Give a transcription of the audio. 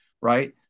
right